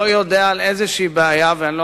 אני לא יודע על איזושהי בעיה ואני לא